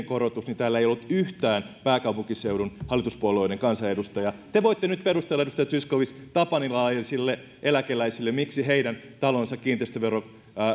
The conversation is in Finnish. korotus täällä ei ollut yhtään hallituspuolueiden pääkaupunkiseudun kansanedustajaa te voitte nyt perustella edustaja zyskowicz tapanilalaisille eläkeläisille miksi heidän talonsa kiinteistövero